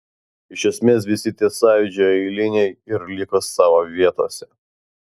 iš esmės visi tie sąjūdžio eiliniai ir liko savo vietose